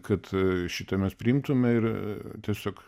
kad šitą mes priimtume ir tiesiog